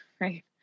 Right